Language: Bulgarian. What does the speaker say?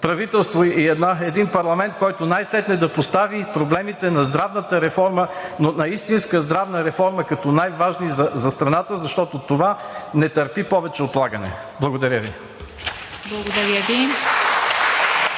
правителство и един парламент, който най-сетне да постави и проблемите на здравната реформа, но на истинска здравна реформа, като най-важни за страната, защото това не търпи повече отлагане. Благодаря Ви.